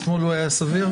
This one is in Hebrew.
אתמול לא היה סביר?